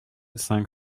cinq